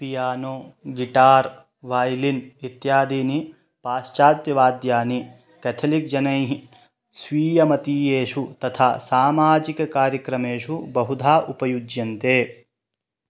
piano guitar violin इत्यादीनि पाश्चात्यवाद्यानि Catholic जनैः स्वीयमतीयेषु तथा सामाजिककार्यक्रमेषु बहुधा उपयुज्यन्ते